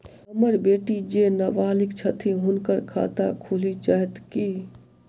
हम्मर बेटी जेँ नबालिग छथि हुनक खाता खुलि जाइत की?